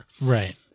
Right